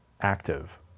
active